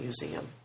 museum